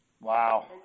Wow